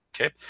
Okay